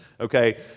okay